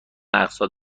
اقساط